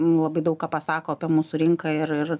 labai daug ką pasako apie mūsų rinką ir ir